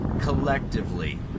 collectively